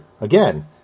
Again